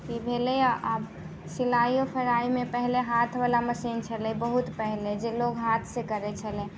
ई भेलैए आब सिलाइओ कढ़ाइमे पहिने हाथवला मशीन छलै बहुत पहिने जे लोक हाथसँ करैत छलै